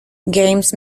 games